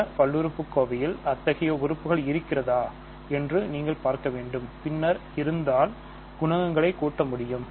மற்ற பல்லுறுப்புக்கோவையில் அத்தகைய உறுப்புகள் இருக்கிறதா என்று நீங்கள் பார்க்க வேண்டும் பின்னர் இருந்தால் குணகங்களைச் கூட்ட முடியும்